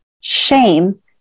shame